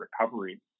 recovery